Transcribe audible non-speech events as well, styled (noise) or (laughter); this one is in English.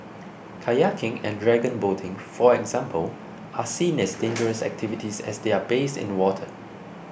kayaking and dragon boating for example are seen as (noise) dangerous activities as they are based in water